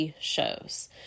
shows